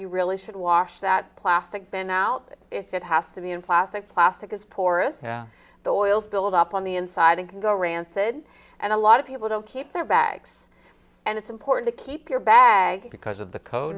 you really should wash that plastic bin out if it has to be in plastic plastic is poorest the oils build up on the inside and can go rancid and a lot of people keep their bags and it's important to keep your bag because of the code